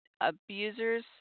abusers